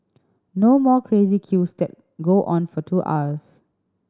no more crazy queues that go on for two hours